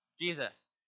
Jesus